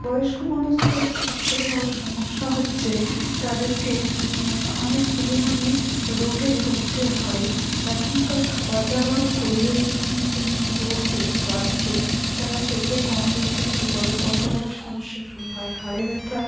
বয়স্ক মানুষদের সবথেকে বড় সমস্যা হচ্ছে তাদেরকে অনেক পরিমাণে রোগে ভুগতে হয় এখনকার খাবার দাবার ও পরিবেশ দূষণের জন্য রোগ বেশি বাড়ছে তারা চোখে কম দেখতে শুরু করে কথা বলার সমস্যা শুরু হয় ঘাড়ে ব্যথা